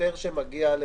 שוטר שמגיע למקום,